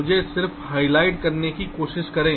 मुझे सिर्फ हाइलाइट करने की कोशिश करें